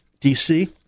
DC